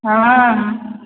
हँ